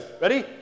Ready